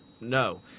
No